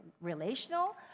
relational